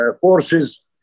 courses